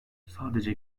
sadece